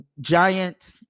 giant